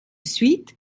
suite